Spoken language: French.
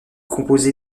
composé